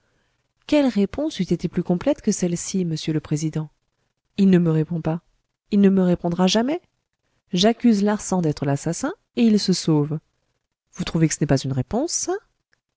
quelle réponse eût été plus complète que celle-ci monsieur le président il ne me répond pas il ne me répondra jamais j'accuse larsan d'être l'assassin et il se sauve vous trouvez que ce n'est pas une réponse